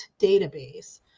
database